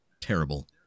terrible